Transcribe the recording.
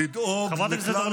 לדאוג לכלל אזרחיה.